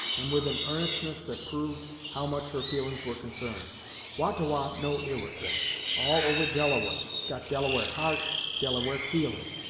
and with an earnestness that proved how much her feelings were concerned wah-ta-wah no iroquois all over delaware got delaware heart delaware feeling.